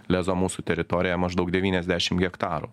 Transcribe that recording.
lezo mūsų teritorija maždaug devyniasdešim hektarų